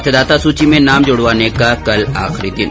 मतदाता सूची में नाम जुड़वाने का कल आखिरी दिन